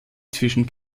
zwischen